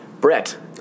Brett